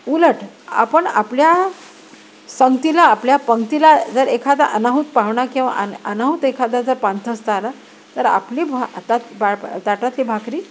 उलट आपण आपल्या संगतीला आपल्या पंक्तीला जर एखादा अनाहूत पाहुणा किंवा अन अनाहुत एखादा जर पांथस्तार तर आला तर आपली भा तात बा ताटातली भाकरी